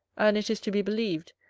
and it is to be believed,